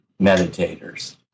meditators